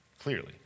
clearly